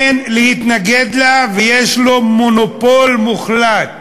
אין להתנגד לה, ויש לו מונופול מוחלט